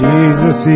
Jesus